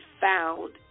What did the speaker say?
found